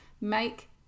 make